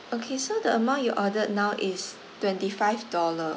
okay so the amount you ordered now is twenty five dollar